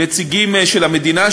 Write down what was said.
נציגים של המדינה,